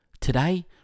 Today